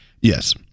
Yes